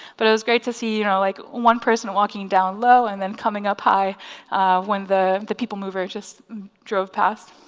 but it was great to see you know like one person walking down low and then coming up high when the the people mover just drove past.